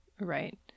Right